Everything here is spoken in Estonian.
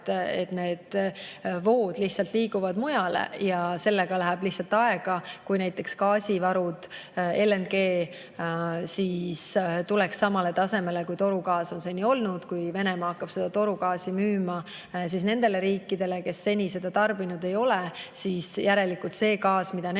et need vood lihtsalt liiguvad mujale, ja sellega läheb lihtsalt aega, kuni näiteks gaasivarud, LNG varud jõuavad samale tasemele, kui torugaas on seni olnud. Kui Venemaa hakkab torugaasi müüma nendele riikidele, kes seni seda tarbinud ei ole, siis järelikult see gaas, mida need